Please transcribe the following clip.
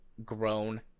Grown